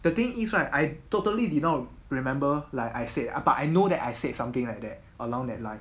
the thing is right I totally did not remember like I said ah but I know that I said something like that along that line